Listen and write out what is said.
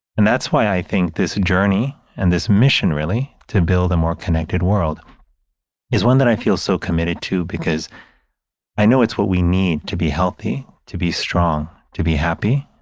and that's why i think this journey and this mission really to build a more connected world is one that i feel so committed to, because i know it's what we need to be healthy, to be strong, to be happy.